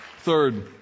Third